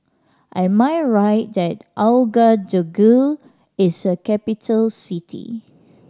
am I right that Ouagadougou is a capital city